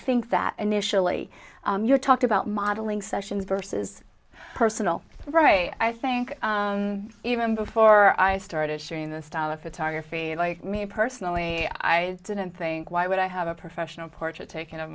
think that initially your talked about modeling sessions versus personal rights i think even before i started shooting the style of photography like me personally i didn't think why would i have a professional portrait taken of